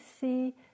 see